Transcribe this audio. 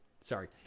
Sorry